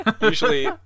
usually